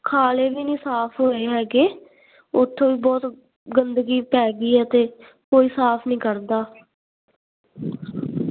ਖਾਲੇ ਵੀ ਨਹੀਂ ਸਾਫ਼ ਹੋਏ ਹੈਗੇ ਉਥੋਂ ਵੀ ਬਹੁਤ ਗੰਦਗੀ ਪੈ ਗਈ ਹੈ ਅਤੇ ਕੋਈ ਸਾਫ਼ ਨਹੀਂ ਕਰਦਾ